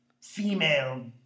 female